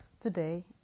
Today